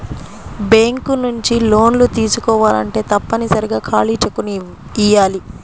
bank నుంచి లోన్లు తీసుకోవాలంటే తప్పనిసరిగా ఖాళీ చెక్కుని ఇయ్యాలి